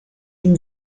ihm